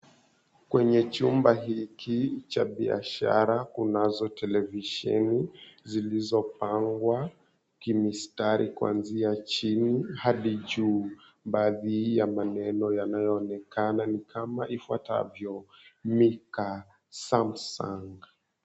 Kwenye chumba hiki cha biashara, kunazo televisheni zlizopangwa kimistari kuanzia chini hadi juu. Baadhi ya maneno yanayoonekana ni kama ifuatavyo "Mika, Samsung".